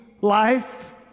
life